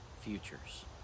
futures